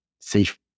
safe